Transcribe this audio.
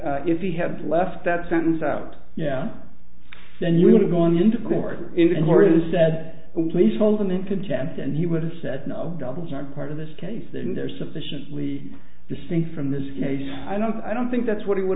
has if he had left that sentence out yeah then you would have gone into court in florida said please hold them in contempt and he would have said no doubles are part of this case and they're sufficiently distinct from this case i don't i don't think that's what he would